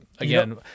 Again